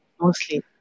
mostly